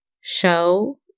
show